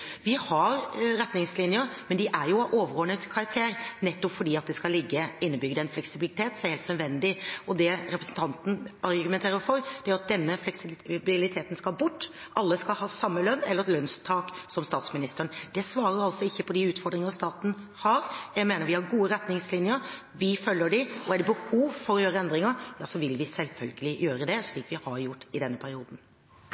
Vi har retningslinjer, men de er av overordnet karakter nettopp fordi det skal ligge innbygd en fleksibilitet som er helt nødvendig. Det representanten Nordlund argumenterer for, er at denne fleksibiliteten skal bort – alle skal ha samme lønn eller lønnstak som statsministeren. Det svarer ikke på de utfordringer staten har. Jeg mener vi har gode retningslinjer, og vi følger dem. Er det behov for å gjøre endringer, vil vi selvfølgelig gjøre det